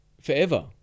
forever